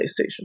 PlayStation